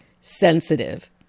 sensitive